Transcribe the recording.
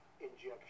injection